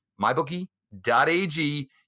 Mybookie.ag